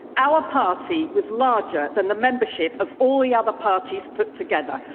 our party was larger than the membership of all the other parties put together,